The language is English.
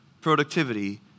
productivity